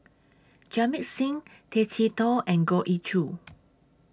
Jamit Singh Tay Chee Toh and Goh Ee Choo